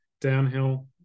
downhill